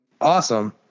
awesome